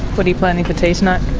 what are you planning for tea tonight?